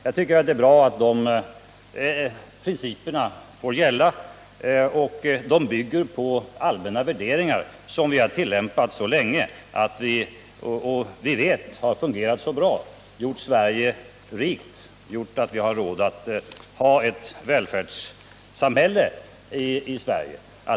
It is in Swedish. Jag tycker det är bra att de principerna får gälla. De bygger på allmänna värderingar som vi har tillämpat länge, som vi vet har fungerat bra och som gjort Sverige till ett rikt välfärdssamhälle.